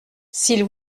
s’il